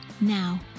now